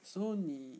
so 你